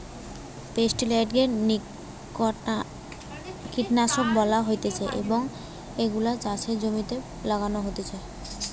pesticide কে কীটনাশক বলা হতিছে এবং এগুলো চাষের জমিতে ছড়ানো হতিছে